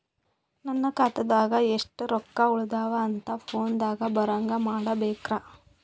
ನನ್ನ ಖಾತಾದಾಗ ಎಷ್ಟ ರೊಕ್ಕ ಉಳದಾವ ಅಂತ ಫೋನ ದಾಗ ಬರಂಗ ಮಾಡ ಬೇಕ್ರಾ?